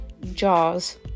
JAWS